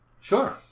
Sure